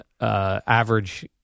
average